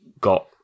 got